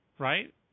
Right